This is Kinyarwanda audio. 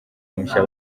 mushya